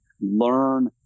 learn